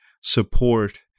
support